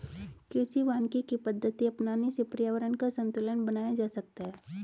कृषि वानिकी की पद्धति अपनाने से पर्यावरण का संतूलन बनाया जा सकता है